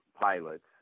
pilots